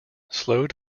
slowed